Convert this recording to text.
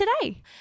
today